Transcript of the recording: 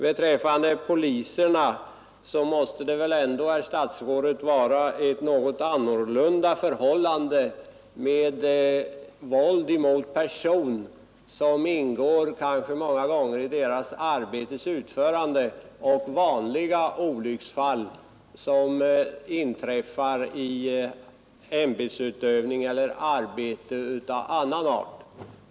Beträffande poliserna måste det väl ändå, herr statsrådet, vara någon skillnad mellan våld mot person, som många gånger kanske ingår i deras arbetes utförande, och vanliga olycksfall som inträffar i ämbetsutövning eller i arbete av annan art.